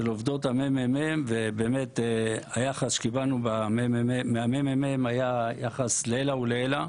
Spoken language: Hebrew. עובדות המ.מ.מ ובאמת היחס שקיבלנו מהן היה לעילא ולעילא